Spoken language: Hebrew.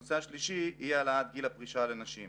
הנושא השלישי הוא אי העלאת גיל הפרישה לנשים.